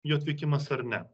jo atvykimas ar ne